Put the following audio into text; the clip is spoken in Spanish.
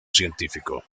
científico